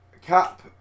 Cap